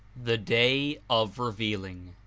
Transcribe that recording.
the day of revealing